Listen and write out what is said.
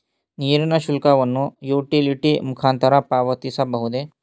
ನೀರಿನ ಶುಲ್ಕವನ್ನು ಯುಟಿಲಿಟಿ ಮುಖಾಂತರ ಪಾವತಿಸಬಹುದೇ?